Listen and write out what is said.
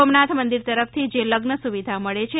સોમનાથ મંદિર તરફથી જે લગ્ન સુવિધા મળે છે